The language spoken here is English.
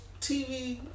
TV